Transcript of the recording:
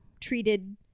treated